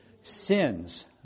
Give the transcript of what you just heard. Sins